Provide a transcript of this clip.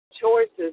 choices